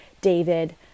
David